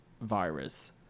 virus